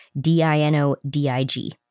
D-I-N-O-D-I-G